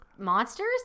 Monsters